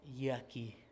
Yucky